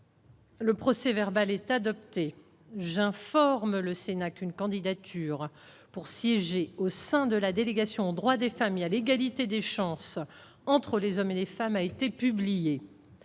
Le procès-verbal est adopté. J'informe le Sénat qu'une candidature pour siéger au sein de la délégation aux droits des femmes et à l'égalité des chances entre les hommes et les femmes a été publiée.